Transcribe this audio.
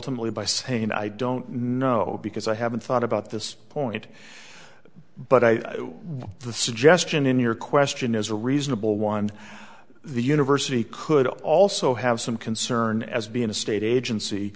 ultimately by saying i don't know because i haven't thought about this point but i the suggestion in your question is a reasonable one the university could also have some concern as being a state agency